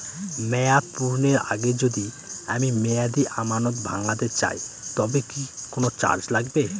মেয়াদ পূর্ণের আগে যদি আমি মেয়াদি আমানত ভাঙাতে চাই তবে কি কোন চার্জ লাগবে?